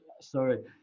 sorry